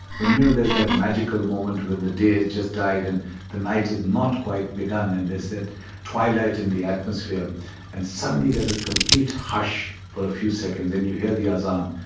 when you know there's that magical moment when the day has just died and the night has not quite begun and there's that twilight in the atmosphere and suddenly, there's a complete hush for a few seconds. then you hear the azan,